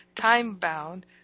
time-bound